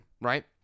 right